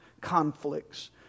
conflicts